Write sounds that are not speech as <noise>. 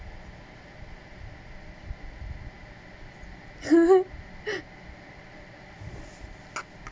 <laughs>